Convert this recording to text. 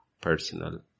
Personal